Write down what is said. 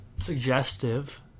suggestive